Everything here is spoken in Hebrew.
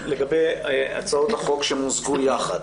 לגבי הצעות החוק שמוזגו יחד: